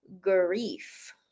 grief